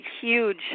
huge